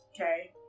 okay